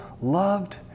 loved